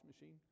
machine